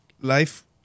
life